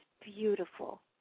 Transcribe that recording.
beautiful